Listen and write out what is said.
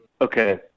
Okay